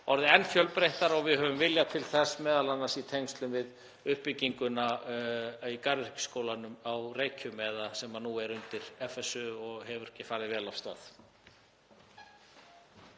orðið enn fjölbreyttara og við höfum vilja til þess, m.a. í tengslum við uppbygginguna í Garðyrkjuskólanum á Reykjum, sem nú er undir FSu, og hefur farið vel af stað.